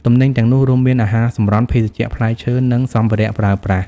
ទំនិញទាំងនោះរួមមាន អាហារសម្រន់ ភេសជ្ជៈ ផ្លែឈើ និងសម្ភារៈប្រើប្រាស់។